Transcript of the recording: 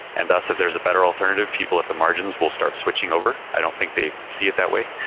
and thus, if there is a better alternative, people at the margins will start switching over. i don't think they see it that way.